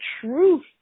truth